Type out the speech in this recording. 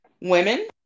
women